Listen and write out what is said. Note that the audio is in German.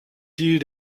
ziel